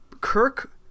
Kirk